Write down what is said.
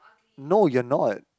no you're not